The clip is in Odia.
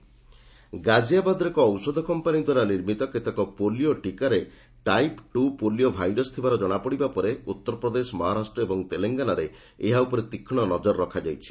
ମିନିଷ୍ଟ୍ରି ପୋଲିଓ ଗାଜିଆବାଦର ଏକ ଔଷଧ କମ୍ପାନି ଦ୍ୱାରା ନିର୍ମିତ କେତେକ ପୋଲିଓ ଟୀକାରେ ଟାଇପ୍ ଟୁ ପୋଲିଓ ଭାଇରସ୍ ଥିବାର ଜଣାପଡ଼ିବା ପରେ ଉତ୍ତରପ୍ରଦେଶ ମହାରାଷ୍ଟ ଓ ତେଲେଙ୍ଗାନାରେ ଏହା ଉପରେ ତୀକ୍ଷଣ ନଜର ରଖାଯାଇଛି